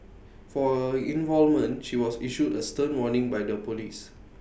for involvement she was issued A stern warning by the Police